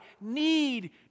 need